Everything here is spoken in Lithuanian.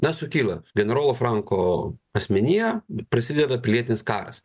na sukyla generolo franko asmenyje prasideda pilietinis karas